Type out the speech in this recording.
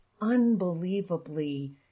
unbelievably